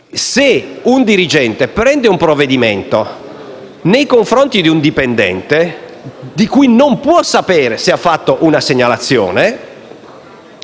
se un dirigente prende un provvedimento nei confronti di un dipendente, di cui non può sapere se abbia fatto una segnalazione,